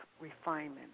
refinement